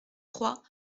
trois